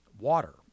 water